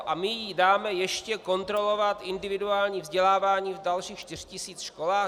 A my jí dáme ještě kontrolovat individuální vzdělávání v dalších 4 tis. školách?